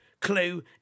Clue